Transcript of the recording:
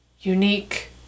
unique